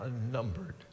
unnumbered